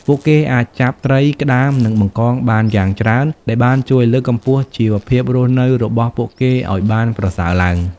ពួកគេអាចចាប់ត្រីក្តាម និងបង្កងបានយ៉ាងច្រើនដែលបានជួយលើកកម្ពស់ជីវភាពរស់នៅរបស់ពួកគេឲ្យបានប្រសើរឡើង។